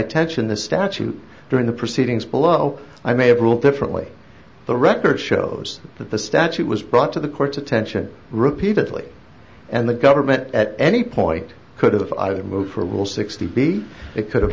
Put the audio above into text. attention the statute during the proceedings below i may have ruled differently the record shows that the statute was brought to the court's attention repeatedly and the government at any point could have either moved for a rule sixty b it could have